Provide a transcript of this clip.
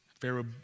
Pharaoh